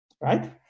Right